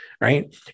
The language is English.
right